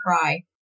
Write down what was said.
cry